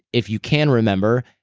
if you can remember,